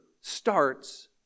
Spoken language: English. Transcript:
starts